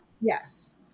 yes